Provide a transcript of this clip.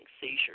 seizures